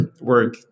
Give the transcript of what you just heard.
work